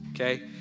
okay